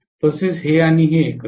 तसेच हे आणि हे एकत्र